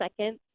second